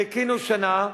חיכינו שנה,